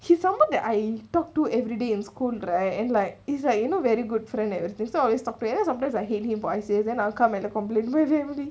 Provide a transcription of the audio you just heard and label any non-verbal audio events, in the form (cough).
cause he's someone that I talk to everyday in school right and like it's like you know very good friend that's why always talk to them and sometimes I hate him for then I'll come and complain (noise)